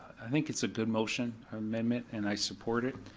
i think it's a good motion, amendment, and i support it.